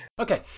Okay